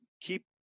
keep